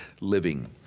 living